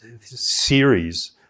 series